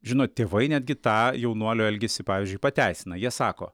žinot tėvai netgi tą jaunuolio elgesį pavyzdžiui pateisina jie sako